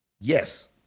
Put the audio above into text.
Yes